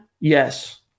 Yes